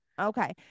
Okay